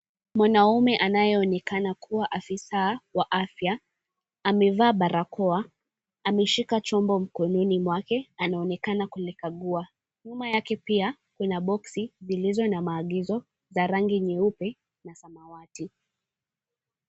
Mwanaume anyeonekana kuwa afisa wa afya, amevaa barakoa, ameshika chombo mkononi mwake, anaonekana kulikagua. Nyuma yake pia kuna bo𝑘𝑠i zilizo na maagizo za rangi nyeupe na samawati.